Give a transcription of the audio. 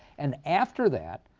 and after that,